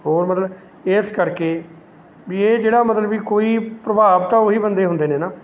ਹੋਰ ਮਤਲਬ ਇਸ ਕਰਕੇ ਵੀ ਇਹ ਜਿਹੜਾ ਮਤਲਬ ਵੀ ਕੋਈ ਪ੍ਰਭਾਵ ਤਾਂ ਉਹੀ ਬੰਦੇ ਹੁੰਦੇ ਨੇ ਨਾ